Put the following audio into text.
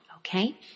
okay